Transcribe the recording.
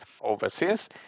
overseas